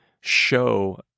show